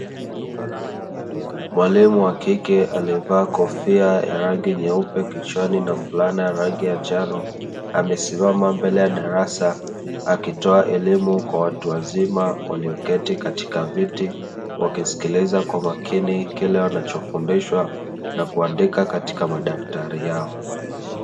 Mwalimu wakike aliyevaa kofia ya rangi nyeupe kichwani na fulana ya rangi ya njano amesimama mbele ya darasa akitoa elimu kwa watu wazima waliokaa kwenye viti wakisikiliza kwa makini kile wanachofundishwa na kuandika katika madaftari yao.